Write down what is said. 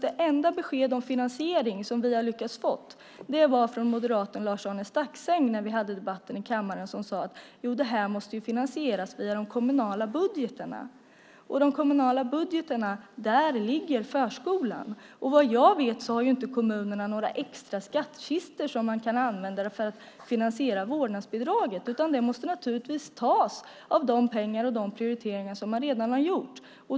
Det enda besked om finansiering som vi har lyckats få är från moderaten Lars-Arne Staxäng när vi hade debatten i kammaren. Han sade att det måste finansieras via de kommunala budgetarna. I de kommunala budgetarna ligger förskolan. Vad jag vet har kommunerna inte några extra skattkistor som de kan använda för att finansiera vårdnadsbidraget. Det måste naturligtvis tas av pengar från de prioriteringar som man redan har gjort.